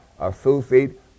associate